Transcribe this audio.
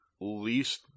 least